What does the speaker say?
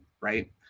right